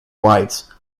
whites